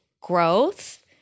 growth